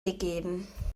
gegeben